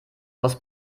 aus